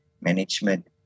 management